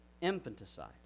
infanticide